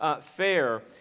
Fair